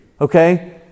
okay